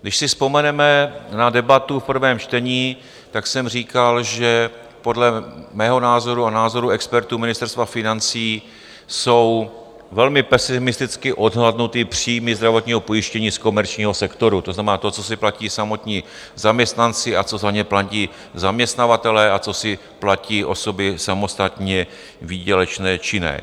Když si vzpomeneme na debatu v prvém čtení, tak jsem říkal, že podle mého názoru a názoru expertů Ministerstva financí jsou velmi pesimisticky odhadnuty příjmy zdravotního pojištění z komerčního sektoru, to znamená to, co si platí samotní zaměstnanci a co za ně platí zaměstnavatelé a co si platí osoby samostatně výdělečně činné.